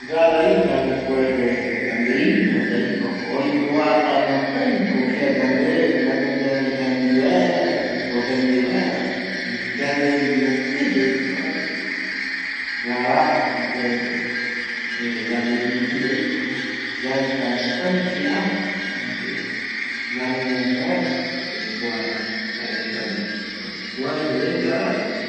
Garai yande puere yandeiño yaikova, uataño tai ko kia yande yandemiari jendie vaera, yaiko jaendie vaera erei yandeiño etei yaikova gara ipuere yandeiño etei yaikova, yaeka ñotai kia yanemiari vaera yaiko vaera jaereta ndie.